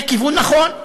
זה כיוון נכון.